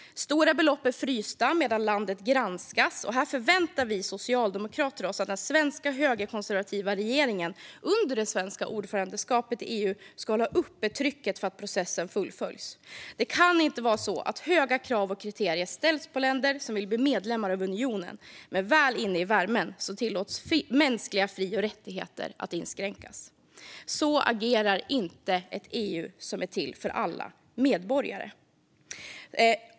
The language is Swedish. Stora belopp är frysta medan landet granskas. Här förväntar vi socialdemokrater oss att den högerkonservativa svenska regeringen under det svenska ordförandeskapet i EU håller uppe trycket för att processen fullföljs. Det kan inte vara så att höga krav och kriterier ställs på länder som vill bli medlemmar av unionen men att mänskliga fri och rättigheter tillåts att inskränkas när länderna väl är inne i värmen. Så agerar inte ett EU som är till för alla medborgare.